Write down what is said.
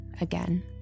again